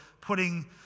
putting